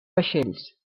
vaixells